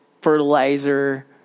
fertilizer